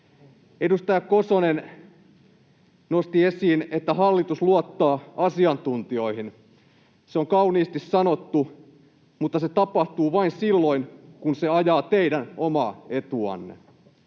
Edustaja Kosonen nosti esiin, että hallitus luottaa asiantuntijoihin. Se on kauniisti sanottu, mutta se tapahtuu vain silloin, kun se ajaa teidän omaa etuanne.